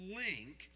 link